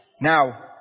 Now